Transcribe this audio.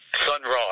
Sunrise